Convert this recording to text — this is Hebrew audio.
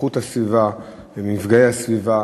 באיכות הסביבה ובמפגעי הסביבה.